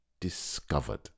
discovered